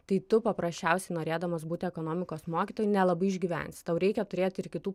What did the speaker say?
tai tu paprasčiausiai norėdamas būti ekonomikos mokytoju nelabai išgyvensi tau reikia turėti ir kitų